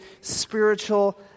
spiritual